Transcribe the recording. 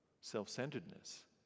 self-centeredness